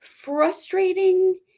frustrating